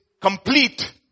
complete